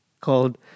called